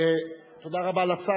תודה רבה לשר.